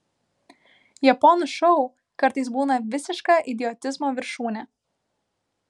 japonų šou kartais būna visiška idiotizmo viršūnė